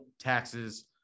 taxes